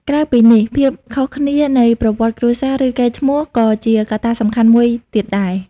ក្រៅពីនេះ ភាពខុសគ្នានៃប្រវត្តិគ្រួសារ ឬកេរ្តិ៍ឈ្មោះ ក៏ជាកត្តាសំខាន់មួយទៀតដែរ។